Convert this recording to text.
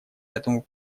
этому